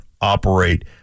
operate